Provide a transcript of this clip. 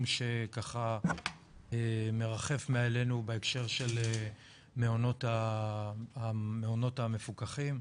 שמרחף מעלינו בהקשר של מעונות המפוקחים,